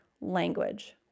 language